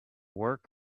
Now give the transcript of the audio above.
work